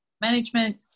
management